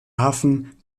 hafen